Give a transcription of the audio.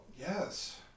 Yes